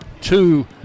two